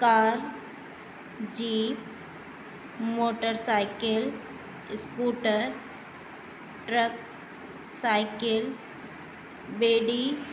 car jeep motorcycle scooter truck cycle ॿेड़ी